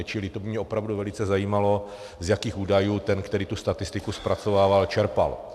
Čili to by mě opravdu velice zajímalo, z jakých údajů ten, který tu statistiku zpracovával, čerpal.